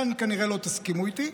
כאן כנראה לא תסכימו איתי,